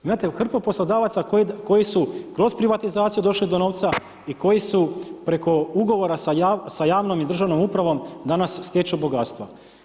Imate hrpu poslodavaca koji su kroz privatizaciju došli do novca i koji su preko ugovora sa javnom i državnom upravom danas stječu bogatstva.